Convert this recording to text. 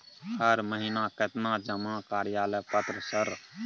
हर महीना केतना जमा कार्यालय पत्र सर?